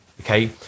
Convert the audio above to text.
Okay